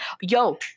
Yo